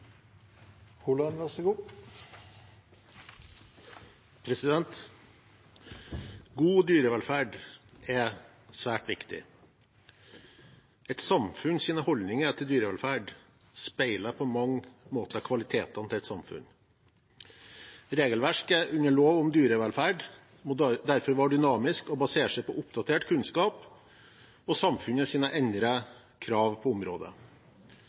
God dyrevelferd er svært viktig. Et samfunns holdninger til dyrevelferd speiler på mange måter kvalitetene til et samfunn. Regelverket under lov om dyrevelferd må derfor være dynamisk og basere seg på oppdatert kunnskap og samfunnets endrede krav på området.